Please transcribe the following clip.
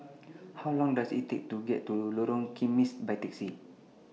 How Long Does IT Take to get to Lorong Kismis By Taxi